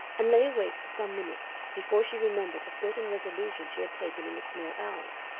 and lay awake for some minutes before she remembered a certain resolution she had taken in the small hours.